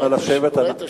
נא לשבת.